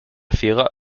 ciega